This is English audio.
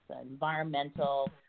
environmental